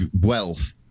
wealth